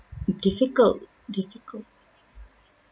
difficult difficult